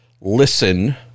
listen